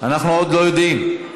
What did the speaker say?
אנחנו עוד לא יודעים.